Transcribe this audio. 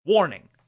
Warning